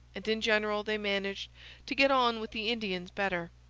and in general they managed to get on with the indians better.